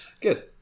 good